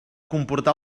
comportar